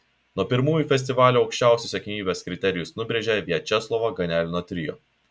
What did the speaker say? nuo pirmųjų festivalių aukščiausius siekiamybės kriterijus nubrėžė viačeslavo ganelino trio